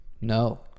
No